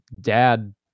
dad